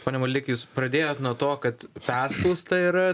pone maldeiki jūs pradėjot nuo to kad perspausta yra